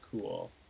cool